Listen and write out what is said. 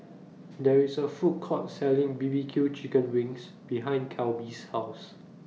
There IS A Food Court Selling B B Q Chicken Wings behind Kelby's House